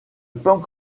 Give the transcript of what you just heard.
punk